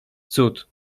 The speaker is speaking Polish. cud